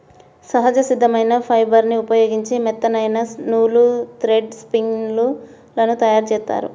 సహజ సిద్ధమైన ఫైబర్ని ఉపయోగించి మెత్తనైన నూలు, థ్రెడ్ స్పిన్ లను తయ్యారుజేత్తారు